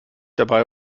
dabei